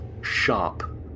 sharp